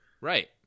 Right